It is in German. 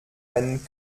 einen